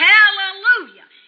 Hallelujah